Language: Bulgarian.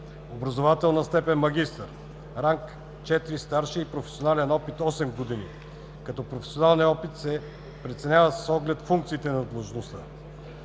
образователна степен – магистър, ранг – IV старши, и професионален опит – 8 години, като професионалният опит се преценява с оглед функциите на длъжността.